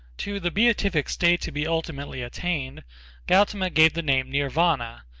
to the beatific state to be ultimately attained gautama gave the name nirvana,